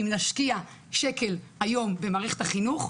אם נשקיע שקל היום במערכת החינוך,